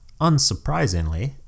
unsurprisingly